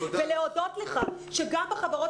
אני רוצה להודות לך שגם בחברות